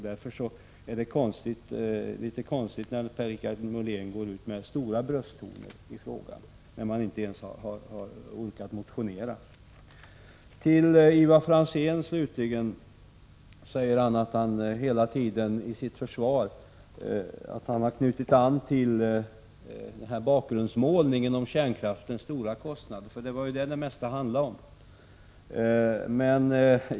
Det är litet konstigt att Per-Richard Molén tar till de verkliga brösttonerna, när man inte ens har orkat motionera i frågan. Slutligen till Ivar Franzén: Ivar Franzén säger hela tiden till sitt försvar att han knyter an till bakgrundsmålningen om kärnkraftens stora kostnader — det var ju detta det mesta handlade om.